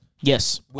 Yes